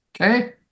okay